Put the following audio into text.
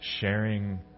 sharing